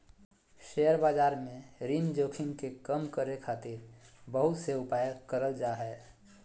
share बाजार में ऋण जोखिम के कम करे खातिर बहुत से उपाय करल जा हय